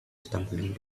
stumbling